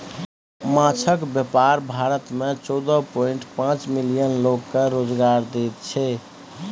माछक बेपार भारत मे चौदह पांइट पाँच मिलियन लोक केँ रोजगार दैत छै